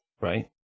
right